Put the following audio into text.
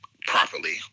properly